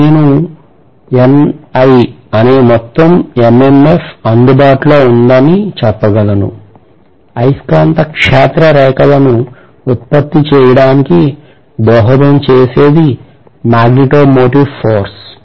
ఇప్పుడు నేను NI అనే మొత్తం MMF అందుబాటులో ఉందని చెప్పగలను అయస్కాంత క్షేత్ర రేఖలను ఉత్పత్తి చేయడానికి దోహదం చేసేది మాగ్నెటో మోటివ్ ఫోర్స్